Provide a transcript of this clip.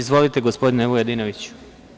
Izvolite, gospodine Vujadinoviću.